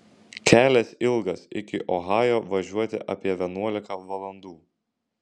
kelias ilgas iki ohajo važiuoti apie vienuolika valandų